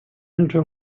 into